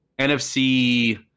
NFC